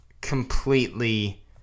completely